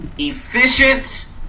efficient